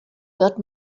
wird